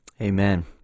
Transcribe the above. Amen